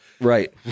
right